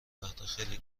وقتاخیلی